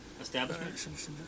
establishment